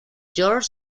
george